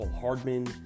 Hardman